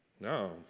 No